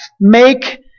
Make